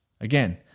again